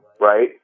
right